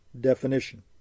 definition